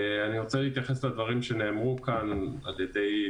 אני רוצה להתייחס לדברים שנאמרו פה.